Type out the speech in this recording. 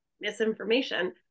misinformation